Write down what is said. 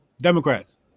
democrats